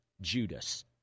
Judas